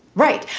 right.